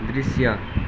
दृश्य